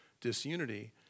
disunity